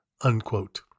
unquote